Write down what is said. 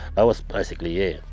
i was basically yeah,